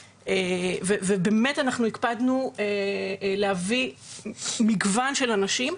ובאמת אנחנו הקפדנו להביא מגוון של אנשים.